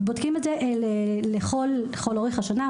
בודקים את זה לכל אורך השנה,